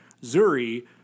Zuri